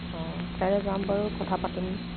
অ কাইলৈ যাম বাৰু কথা পাতিম